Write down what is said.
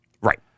Right